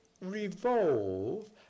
revolve